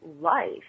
life